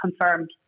confirmed